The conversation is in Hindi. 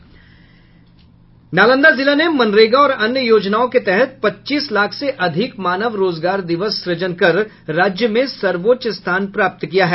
नालंदा जिले में मनरेगा और अन्य योजनाओं के तहत पच्चीस लाख से अधिक मानव रोजगार दिवस सुजन कर राज्य में सर्वोच्च स्थान प्राप्त किया है